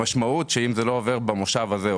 המשמעות שאם זה לא עובר במושב הזה,